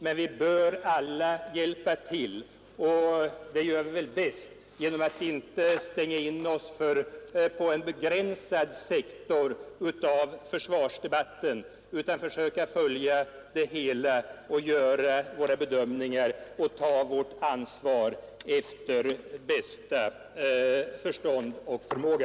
Men vi bör alla hjälpa till, och det sker bäst genom att vi inte stänger in oss på en begränsad sektor av försvarsdebatten utan försöker följa det hela, gör våra bedömningar och tar ansvar efter bästa förstånd och förmåga.